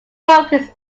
focused